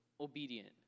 obedient